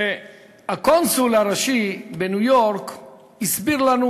והקונסול הראשי בניו-יורק הסביר לנו